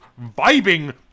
vibing